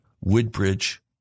Woodbridge